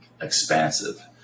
expansive